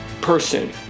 person